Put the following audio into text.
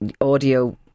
audio